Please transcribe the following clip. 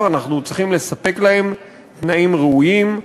אנחנו צריכים לספק להם תנאים ראויים,